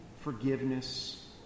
forgiveness